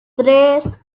tres